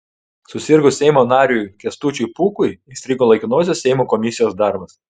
susirgus seimo nariui kęstučiui pūkui įstrigo laikinosios seimo komisijos darbas